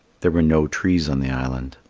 there were no trees on the island.